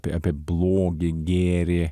apie apie blogį gėrį